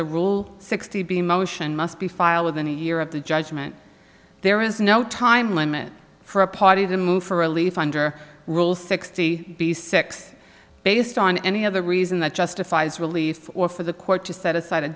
a rule sixty b motion must be filed within a year of the judgment there is no time limit for a party to move for relief under rule sixty six based on any other reason that justifies relief or for the court to set aside a